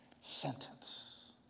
sentence